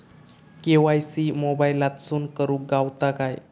KYC मोबाईलातसून करुक गावता काय?